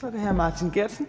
Kl. 14:34 Fjerde